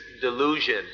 delusion